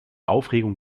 aufregung